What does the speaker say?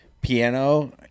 piano